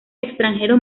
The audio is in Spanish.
extranjeros